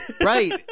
right